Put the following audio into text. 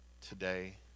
today